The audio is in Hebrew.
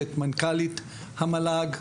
ואת מנכ"לית המל"ג,